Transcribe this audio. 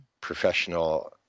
professional